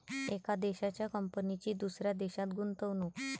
एका देशाच्या कंपनीची दुसऱ्या देशात गुंतवणूक